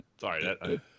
sorry